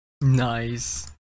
nice